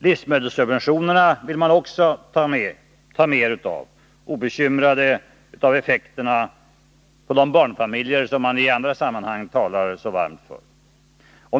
Livsmedelssubventionerna vill man också ta mer av, obekymrad om effekterna för de barnfamiljer som man i andra sammanhang talar så varmt för.